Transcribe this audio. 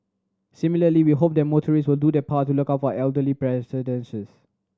similarly we hope that motorist will do their part to look out for elderly pedestrians